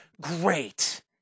Great